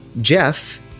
Jeff